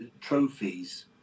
trophies